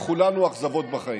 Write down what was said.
לכולנו אכזבות בחיים.